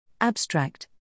abstract